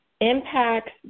impacts